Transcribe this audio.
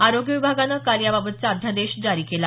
आरोग्य विभागाने काल या बाबतचा अध्यादेश जारी केला